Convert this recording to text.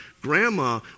grandma